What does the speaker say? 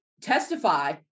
testify